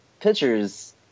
pitchers